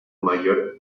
mayor